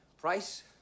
price